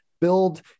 build